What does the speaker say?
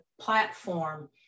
platform